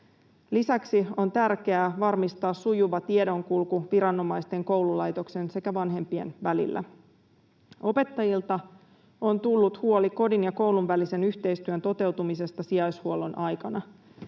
Lisäksi on tärkeää varmistaa sujuva tiedonkulku viranomaisten, koululaitoksen sekä vanhempien välillä. Opettajilta on tullut huoli kodin ja koulun välisen yhteistyön toteutumisesta sijaishuollon aikana.